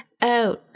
out